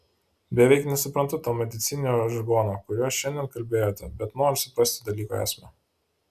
beveik nesuprantu to medicininio žargono kuriuo šiandien kalbėjote bet noriu suprasti dalyko esmę